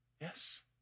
Yes